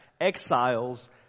exiles